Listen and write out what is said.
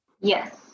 Yes